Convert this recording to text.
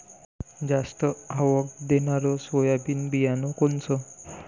जास्त आवक देणनरं सोयाबीन बियानं कोनचं?